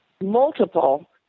multiple